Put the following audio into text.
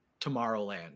Tomorrowland